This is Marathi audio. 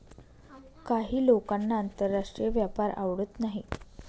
काही लोकांना आंतरराष्ट्रीय व्यापार आवडत नाही